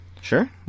sure